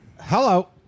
Hello